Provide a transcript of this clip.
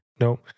Nope